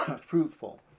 fruitful